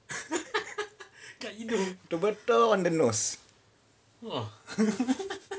betul-betul on the nose